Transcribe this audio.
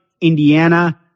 Indiana